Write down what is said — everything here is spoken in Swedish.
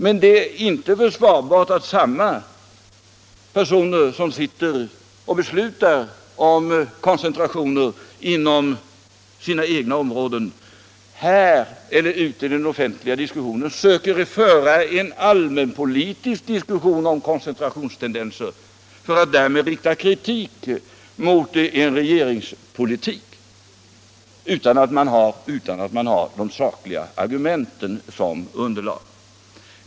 Men det är inte försvarbart att samma personer, som sitter och beslutar om koncentrationer inom sina egna områden, i den offentliga debatten söker föra en allmänpolitisk diskussion om koncentrationstendenser för att därmed rikta kritik mot en regeringspolitik utan att man har sakliga argument som underlag.